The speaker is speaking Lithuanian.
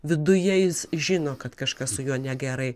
viduje jis žino kad kažkas su juo negerai